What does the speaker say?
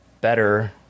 better